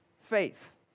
faith